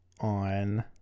on